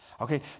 Okay